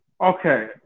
okay